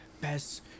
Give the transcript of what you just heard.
best